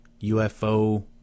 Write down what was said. UFO